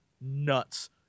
nuts